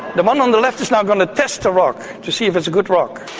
the one on the left is now going to test the rock to see if it's a good rock.